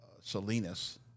Salinas